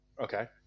Okay